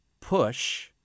push